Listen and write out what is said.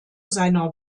seiner